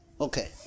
Okay